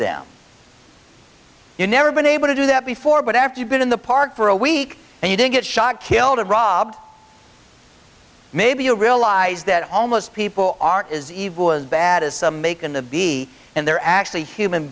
them you never been able to do that before but after you've been in the park for a week and you didn't get shot killed robbed maybe you'll realize that homeless people aren't is evil was bad as some make in the bee and they're actually human